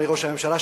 אדוני ראש הממשלה,